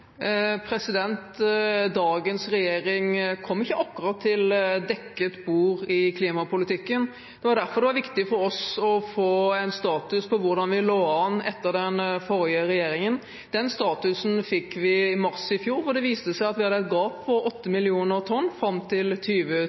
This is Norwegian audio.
Dagens regjering kom ikke akkurat til dekket bord i klimapolitikken. Det var derfor det var viktig for oss å få en status på hvordan vi lå an etter den forrige regjeringen. Den statusen fikk vi i mars i fjor, og det viste seg at vi hadde et gap på 8 millioner tonn fram til